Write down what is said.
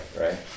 right